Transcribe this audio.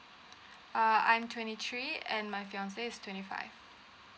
uh I'm twenty three and my fiancé is twenty five